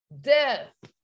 death